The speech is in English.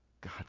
God